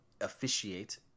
officiate